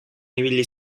ibili